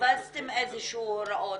הפצתם איזה שהן הוראות,